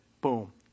Boom